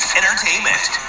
entertainment